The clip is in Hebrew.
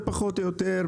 זה פחות או יותר,